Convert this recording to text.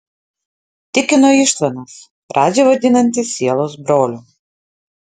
tikino ištvanas radžį vadinantis sielos broliu